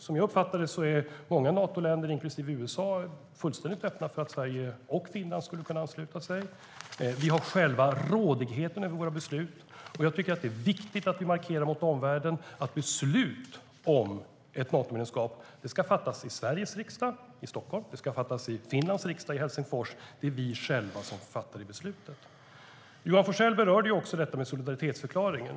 Som jag uppfattar det är många Natoländer, inklusive USA, fullständigt öppna för att Sverige och Finland skulle kunna ansluta sig. Johan Forssell berörde också detta med solidaritetsförklaringen.